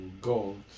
gold